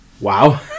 Wow